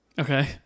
Okay